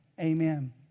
Amen